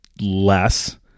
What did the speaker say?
less